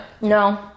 No